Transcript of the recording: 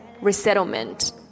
resettlement